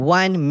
one